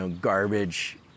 garbage